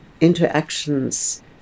interactions